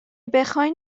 بخواین